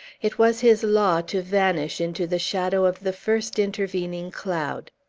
it was his law to vanish into the shadow of the first intervening cloud.